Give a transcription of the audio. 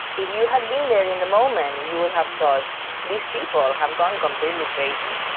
if you had been there in the moment, you would have thought these people have gone completely crazy.